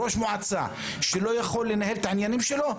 ראש מועצה שלא יכול לנהל את העניינים שלו,